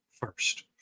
first